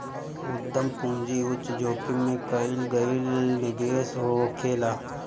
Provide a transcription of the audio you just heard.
उद्यम पूंजी उच्च जोखिम में कईल गईल निवेश होखेला